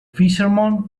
fisherman